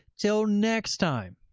so next time,